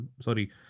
sorry